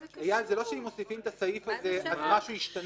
זה לא שאם מוסיפים את הסעיף הזה, אז משהו ישתנה.